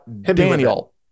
Daniel